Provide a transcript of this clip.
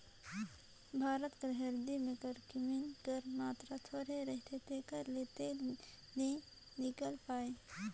भारत कर हरदी में करक्यूमिन कर मातरा थोरहें होथे तेकर ले तेल नी हिंकेल पाए